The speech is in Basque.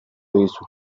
dizu